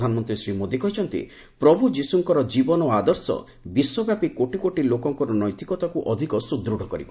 ପ୍ରଧାନମନ୍ତ୍ରୀ ଶ୍ରୀ ମୋଦୀ କହିଛନ୍ତି ପ୍ରଭୁ ଯୀଶୁଙ୍କର ଜୀବନ ଓ ଆଦର୍ଶ ବିଶ୍ୱବ୍ୟାପୀ କୋଟି କୋଟି ଲୋକଙ୍କ ନୈତିକତାକୁ ଅଧିକ ସୁଦୂଢ଼ କରିବ